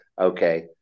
Okay